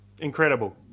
Incredible